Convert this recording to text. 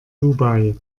dubai